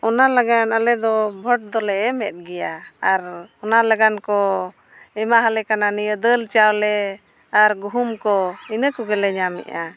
ᱚᱱᱟ ᱞᱟᱹᱜᱤᱫ ᱟᱞᱮᱫᱚ ᱫᱚᱞᱮ ᱮᱢᱮᱫ ᱜᱮᱭᱟ ᱟᱨ ᱚᱱᱟ ᱞᱟᱹᱜᱤᱫ ᱠᱚ ᱮᱢᱟ ᱟᱞᱮ ᱠᱟᱱᱟ ᱱᱤᱭᱟᱹ ᱫᱟᱹᱞ ᱪᱟᱣᱞᱮ ᱟᱨ ᱜᱩᱦᱩᱢ ᱠᱚ ᱤᱱᱟᱹ ᱠᱚᱜᱮᱞᱮ ᱧᱟᱢᱮᱫᱼᱟ